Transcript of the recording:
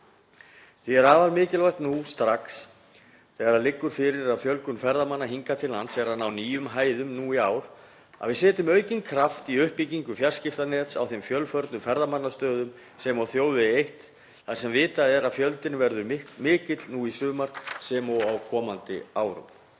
Því er afar mikilvægt nú strax þegar það liggur fyrir að fjölgun ferðamanna hingað til lands er að ná nýjum hæðum í ár að við setjum aukinn kraft í uppbyggingu fjarskiptanets á þeim fjölförnu ferðamannastöðum sem og á þjóðvegi eitt þar sem vitað er að fjöldinn verður mikill nú í sumar sem og á komandi árum.